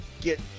get